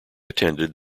attended